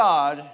God